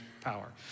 power